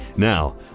Now